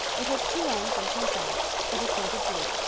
it has two ends and two sides. it is painted blue.